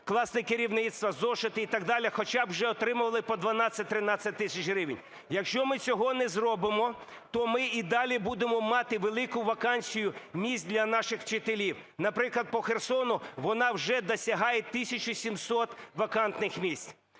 класне керівництво, зошити і так далі, хоча б вже отримували по 12-13 тисяч гривень. Якщо ми цього не зробимо, то ми і далі будемо мати велику вакансію місць для наших вчителів. Наприклад, по Херсону вона вже досягає 1 тисячу 700 вакантних місць.